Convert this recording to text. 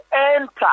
enter